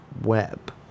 Web